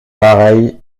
pareil